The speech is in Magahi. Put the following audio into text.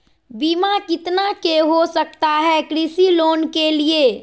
बीमा कितना के हो सकता है कृषि लोन के लिए?